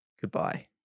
goodbye